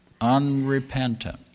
Unrepentant